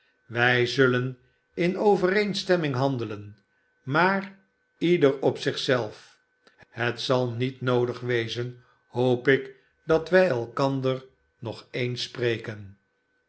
wij zullen in overeenstemming handelen maar leder op zich zelf het zal niet noodig wezen hoop ik dat wij elkander nog eens spreken